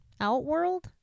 Outworld